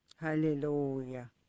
Hallelujah